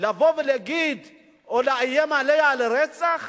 לבוא ולהגיד או לאיים עליה ברצח?